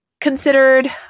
considered